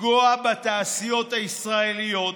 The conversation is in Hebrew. לפגוע בתעשיות הישראליות,